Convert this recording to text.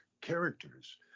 characters